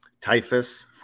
Typhus